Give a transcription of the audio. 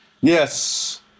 Yes